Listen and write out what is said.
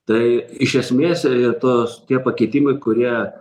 tai iš esmės ir tos tie pakitimai kurie